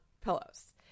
pillows